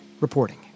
reporting